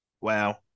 Wow